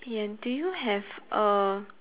ya do you have a